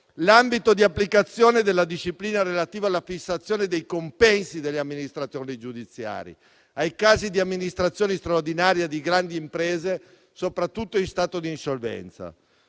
l'ambito di applicazione della disciplina relativa alla fissazione dei compensi degli amministratori giudiziari ai casi di amministrazione straordinaria di grandi imprese, soprattutto in stato di insolvenza.